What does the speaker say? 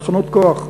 תחנות כוח למיניהן,